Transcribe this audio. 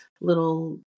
little